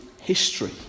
history